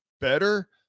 better